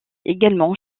également